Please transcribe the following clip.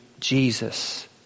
Jesus